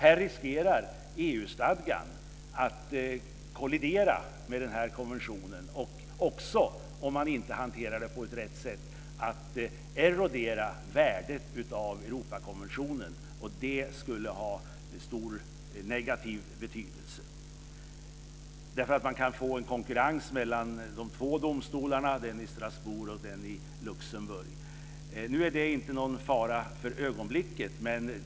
Här riskerar EU-stadgan att kollidera med denna konvention och också, om man inte hanterar det på rätt sätt, att erodera dess värde. Det skulle ha stor negativ betydelse. Då kan man nämligen få en konkurrens mellan de två domstolarna, den i Strasbourg och den i Luxemburg. Nu är det inte någon fara för ögonblicket.